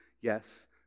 Yes